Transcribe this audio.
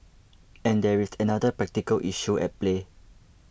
and there is another practical issue at play